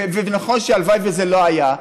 ונכון שהלוואי שזה לא היה,